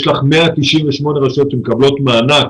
יש לך 198 רשויות שמקבלות מענק